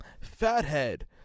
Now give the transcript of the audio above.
fathead